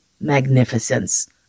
magnificence